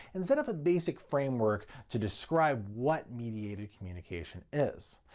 and set up a basic framework to describe what mediated communication is.